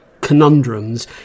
conundrums